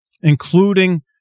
including